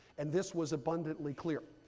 and this was abundantly clear.